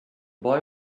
boy